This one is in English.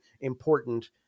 important